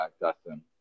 Dustin